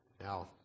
Now